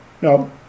No